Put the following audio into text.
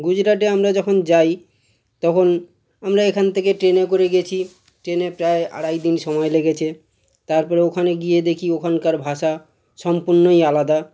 গুজরাটে আমরা যখন যাই তখন আমরা এখান থেকে ট্রেনে করে গেছি ট্রেনে প্রায় আড়াই দিন সমায় লেগেছে তারপরে ওখানে গিয়ে দেখি ওখানকার ভাষা সম্পূর্ণই আলাদা